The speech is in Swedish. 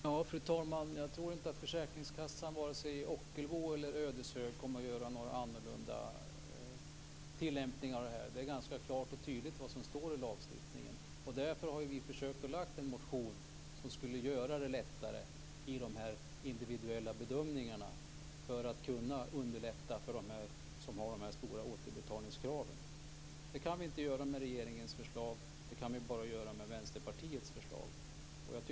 Fru talman! Jag tror inte att försäkringskassan, vare sig i Ockelbo eller i Ödeshög, kommer att ha en annan tillämpning av detta. Lagstiftningen är ganska klar och tydlig. Därför har vi med vår motion försökt att göra det lättare i de individuella bedömningarna - alltså underlätta för dem som har stora återbetalningskrav. Det går inte med regeringens förslag, utan det kan bara göras med Vänsterpartiets förslag.